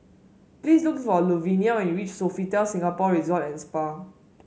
please look for Luvenia when you reach Sofitel Singapore Resort and Spa